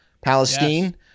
Palestine